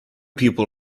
people